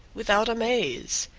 without amaze,